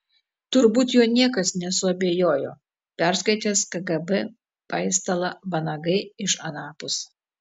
turbūt juo niekas nesuabejojo perskaitęs kgb paistalą vanagai iš anapus